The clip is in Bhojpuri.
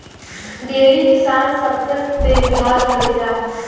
डेयरी किसान सबकर देखभाल करेला